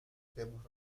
temas